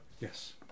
Yes